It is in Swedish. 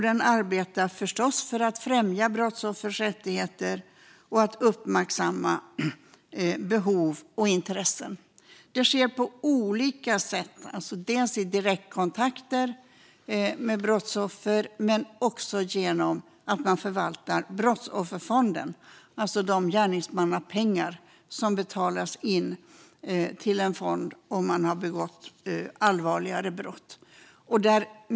Den arbetar förstås för att främja brottsoffers rättigheter och uppmärksamma behov och intressen. Detta sker på olika sätt, dels i direktkontakter med brottsoffer, dels genom förvaltning av Brottsofferfonden, alltså de gärningsmannapengar som betalas in till fonden om man har begått allvarligare brott.